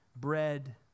bread